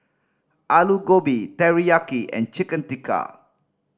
Alu Gobi Teriyaki and Chicken Tikka